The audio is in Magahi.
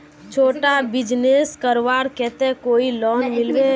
छोटो बिजनेस करवार केते कोई लोन मिलबे?